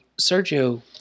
Sergio